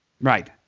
Right